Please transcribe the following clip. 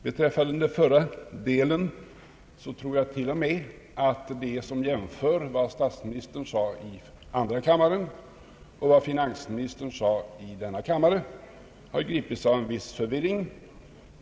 Beträffande den förra delen tror jag till och med att de som jämför vad statsministern sade i andra kammaren med vad finansministern sade i denna kammare har gripits av en viss förvirring.